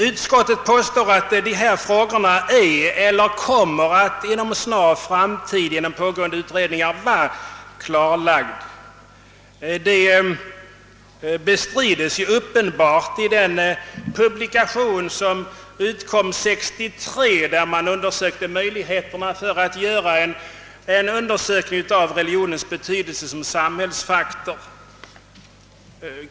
Utskottet skriver att dessa frågor är eller inom en snar framtid kommer att bli klarlagda av pågående utredningar. Det bestrides uppenbart i den publikation som utkom 1963, där man undersökte möjligheterna att klarlägga religionens betydelse som samhällsfaktor.